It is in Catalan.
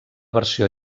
versió